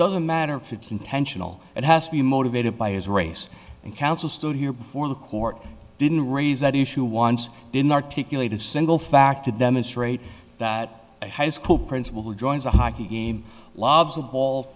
doesn't matter if it's intentional it has to be motivated by his race and counsel stood here before the court didn't raise that issue once didn't articulate a single fact to demonstrate that a high school principal who joins a hockey game loves a ball